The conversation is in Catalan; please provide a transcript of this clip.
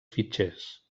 fitxers